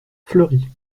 fleury